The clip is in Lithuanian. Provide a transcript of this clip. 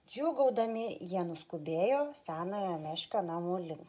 džiūgaudami jie nuskubėjo senojo meškio namų link